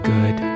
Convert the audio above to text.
good